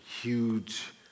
huge